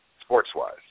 sports-wise